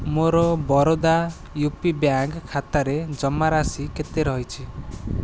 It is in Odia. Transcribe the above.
ମୋର ବରୋଦା ୟୁ ପି ବ୍ୟାଙ୍କ ଖାତାରେ ଜମାରାଶି କେତେ ରହିଛି